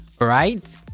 right